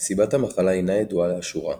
סיבת המחלה אינה ידועה לאשורה,